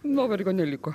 nuovargio neliko